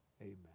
Amen